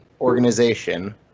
organization